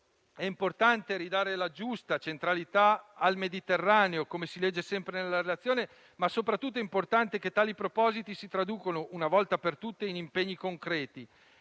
È importante ridare la giusta centralità al Mediterraneo - come si legge sempre nella relazione - ma soprattutto è importante che tali propositi si traducano, una volta per tutte, in impegni concreti.